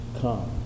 come